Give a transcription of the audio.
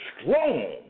strong